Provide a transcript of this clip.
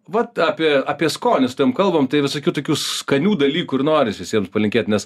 vat apie apie skonį su tavim kalbam tai visokių tokių skanių dalykų ir noris visiems palinkėt nes